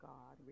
God